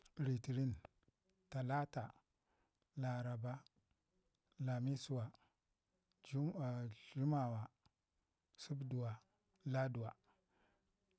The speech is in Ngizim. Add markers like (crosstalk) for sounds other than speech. Lətərin, talata, laraba, lamiswa, (hesitation) jum'a a, dləmawa, subduwa, laduwa